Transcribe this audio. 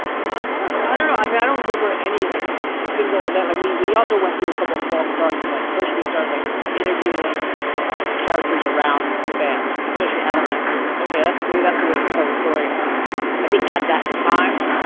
no i don't ah don't know. i mean, i don't remember any, like, single event. like, we we also went through a couple of false starts of like first, we started, like, interviewing characters around the band, like especially adam and i figured like, ok. maybe that's a way to tell a story. and i think at that time,